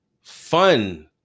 fun